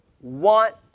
want